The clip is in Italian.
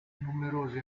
numerosi